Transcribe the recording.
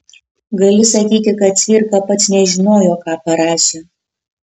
gali sakyti kad cvirka pats nežinojo ką parašė